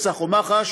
מצ"ח, או מח"ש